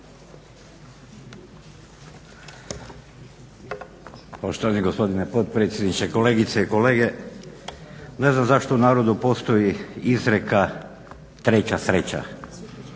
Poštovani gospodine potpredsjedniče, kolegice i kolege. Ne znam zašto u narodu postoji izreka treća sreća.